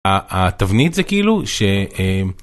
התבנית זה כאילו ש...